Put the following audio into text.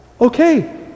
Okay